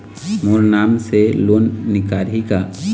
मोर नाम से लोन निकारिही का?